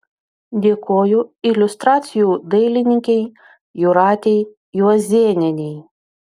dėkoju iliustracijų dailininkei jūratei juozėnienei